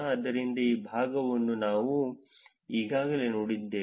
ಆದ್ದರಿಂದ ಈ ಭಾಗವನ್ನು ನಾವು ಈಗಾಗಲೇ ನೋಡಿದ್ದೇವೆ